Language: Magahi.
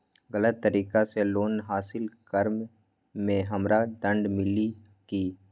गलत तरीका से लोन हासिल कर्म मे हमरा दंड मिली कि?